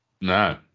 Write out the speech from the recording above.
No